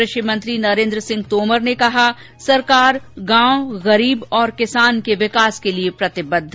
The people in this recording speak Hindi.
कृषि मंत्री नरेन्द्र सिंह तोमर ने कहा सरकार गांव गरीब और किसान के विकास के लिये प्रतिबद्व